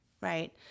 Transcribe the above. right